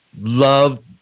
love